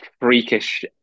freakish